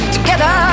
Together